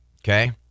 Okay